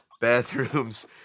bathrooms